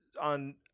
On